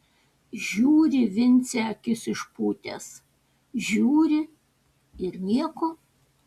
žiūri vincė akis išpūtęs žiūri ir nieko